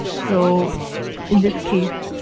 so in this case,